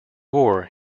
war